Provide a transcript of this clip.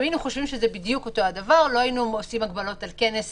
אם היינו חושבים שזה בדיוק אותו דבר לא היינו עושים הגבלות על כנס